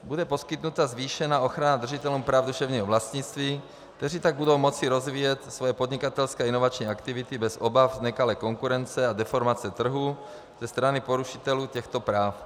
Bude poskytnuta zvýšená ochrana držitelům práv duševního vlastnictví, kteří tak budou moci rozvíjet své podnikatelské inovační aktivity bez obav z nekalé konkurence a deformace trhu ze strany porušitelů těchto práv.